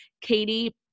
Katie